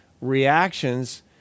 reactions